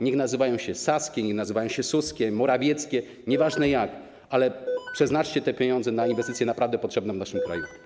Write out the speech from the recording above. Niech nazywają się saskie, niech nazywają się suskie, morawieckie, nieważne jak, ale przeznaczcie te pieniądze na inwestycje naprawdę potrzebne w naszym kraju.